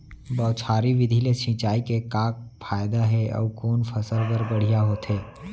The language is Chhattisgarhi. बौछारी विधि ले सिंचाई के का फायदा हे अऊ कोन फसल बर बढ़िया होथे?